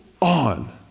on